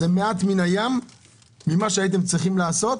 זה מעט מן הים ממה שהייתם צריכים לעשות,